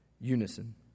unison